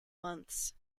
months